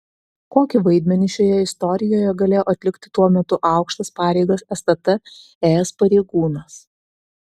kokį vaidmenį šioje istorijoje galėjo atlikti tuo metu aukštas pareigas stt ėjęs pareigūnas